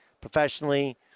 professionally